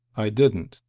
i didn't,